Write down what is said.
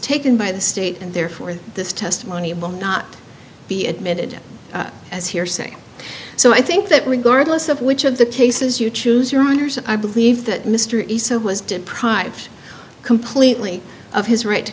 taken by the state and therefore this testimony will not be admitted as hearsay so i think that regardless of which of the cases you choose your honors i believe that mr isa was deprived completely of his right to